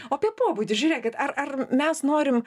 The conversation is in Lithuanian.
apie pobūdį žiūrėkit ar ar mes norim